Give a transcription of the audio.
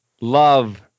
love